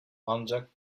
ancak